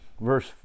verse